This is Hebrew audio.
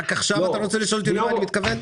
רק עכשיו אתה רוצה לשאול אותי למה אתה מתכוון?